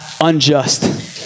unjust